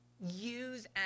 use